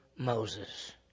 Moses